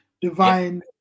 Divine